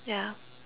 yeah